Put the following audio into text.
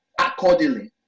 accordingly